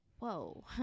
Whoa